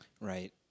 Right